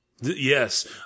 Yes